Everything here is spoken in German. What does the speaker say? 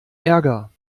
ärger